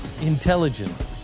intelligent